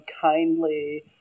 kindly